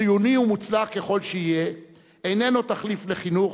חיוני ומוצלח ככל שיהיה, איננו תחליף לחינוך,